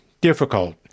difficult